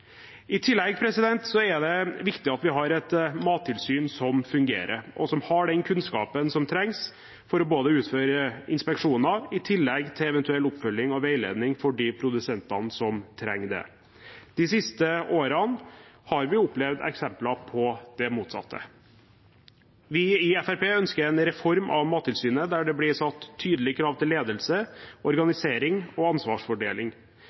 I tillegg er det viktig at vi har et mattilsyn som fungerer, og som har den kunnskapen som trengs for å utføre inspeksjoner, i tillegg til eventuell oppfølging og veiledning for de produsentene som trenger det. De siste årene har vi opplevd eksempler på det motsatte. Vi i Fremskrittspartiet ønsker en reform av Mattilsynet der det blir satt tydelige krav til ledelse, organisering og ansvarsfordeling.